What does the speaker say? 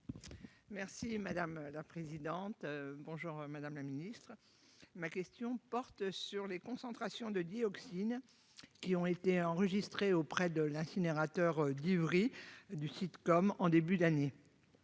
Merci madame la présidente bonjour madame la ministre ma question porte sur les concentrations de dioxine qui ont été enregistrés auprès de l'incinérateur d'Ivry du sitcom en début d'année,